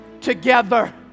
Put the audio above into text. Together